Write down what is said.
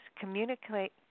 communicate